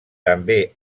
també